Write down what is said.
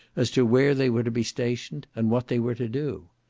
as to where they were to be stationed, and what they were to do.